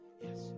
Yes